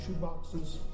shoeboxes